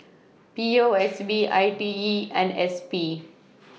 P O S B I T E and S P